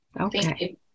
okay